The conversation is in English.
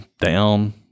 down